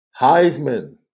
heisman